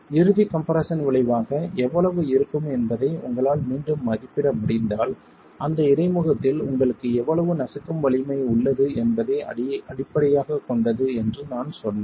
இறுதி கம்ப்ரெஸ்ஸன் விளைவாக எவ்வளவு இருக்கும் என்பதை உங்களால் மீண்டும் மதிப்பிட முடிந்தால் அந்த இடைமுகத்தில் உங்களுக்கு எவ்வளவு நசுக்கும் வலிமை உள்ளது என்பதை அடிப்படையாகக் கொண்டது என்று நான் சொன்னேன்